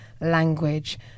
language